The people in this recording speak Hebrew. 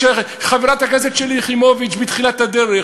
כשחברת הכנסת שלי יחימוביץ בתחילת הדרך